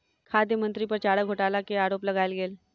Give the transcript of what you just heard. खाद्य मंत्री पर चारा घोटाला के आरोप लगायल गेल